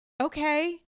okay